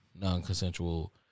Non-consensual